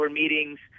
meetings